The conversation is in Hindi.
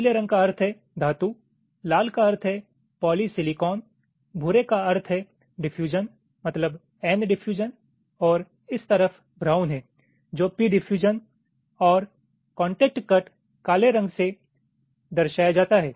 नीले रंग का अर्थ है धातु लाल का अर्थ है पॉलीसिलिकॉन भूरे का अर्थ है डिफयूजन मतलब n डिफ्यूजन और इस तरफ ब्राउन है जो p डिफ्यूजन और कॉन्टैक्ट कट काले रंग से दर्शाया जाता है